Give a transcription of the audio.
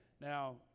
Now